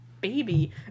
baby